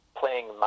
playing